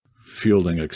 fielding